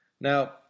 Now